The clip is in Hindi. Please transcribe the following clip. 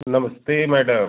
नमस्ते मैडम